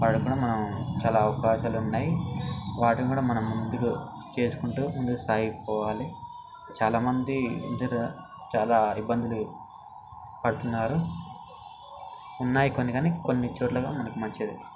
వాటి కూడా మనం చాలా అవకాశాలు ఉన్నాయి వాటిని కూడా మనం ముందుగా చేసుకుంటూ ముందుకు సాగిపోవాలి చాలామంది ఈ విధంగా చాలా ఇబ్బందులు పడుతున్నారు ఉన్నాయి కొన్ని కానీ కొన్ని చోట్లగా మనకు మంచిది